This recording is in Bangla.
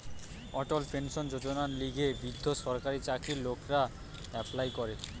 অটল পেনশন যোজনার লিগে বৃদ্ধ সরকারি চাকরির লোকরা এপ্লাই করে